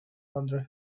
under